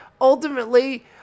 Ultimately